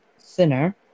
thinner